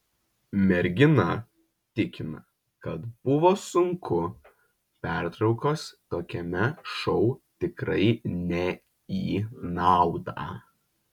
mergina tikina kad buvo sunku pertraukos tokiame šou tikrai ne į naudą